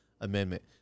Amendment